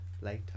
later